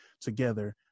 together